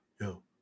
yo